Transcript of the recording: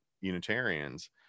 Unitarians